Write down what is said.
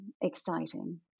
exciting